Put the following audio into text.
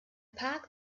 park